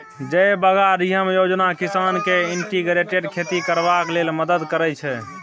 जयबागरिहम योजना किसान केँ इंटीग्रेटेड खेती करबाक लेल मदद करय छै